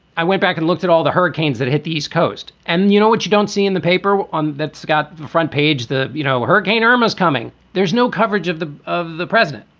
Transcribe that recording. i went back and looked at all the hurricanes that hit the east coast. and you know what you don't see in the paper that's got the front page, the, you know, hurricane arm is coming. there's no coverage of the of the president.